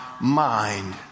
mind